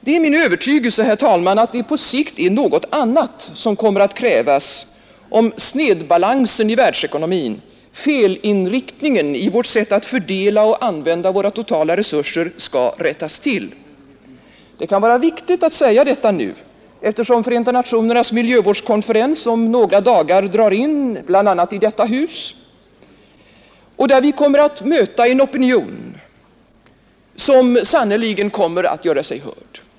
Det är min övertygelse, herr talman, att det på sikt är något annat som kommer att krävas, om snedbalansen i världsekonomin, felinriktningen i vårt sätt att fördela och använda våra totala resurser, skall rättas till. Det kan vara viktigt att säga detta nu, eftersom Förenta nationernas miljövårdskonferens om några dagar drar in bl.a. i detta hus och vi där kommer att möta en opinion som sannerligen kommer att göra sig hörd.